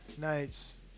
Nights